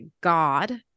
God